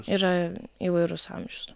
yra įvairus amžius